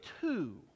two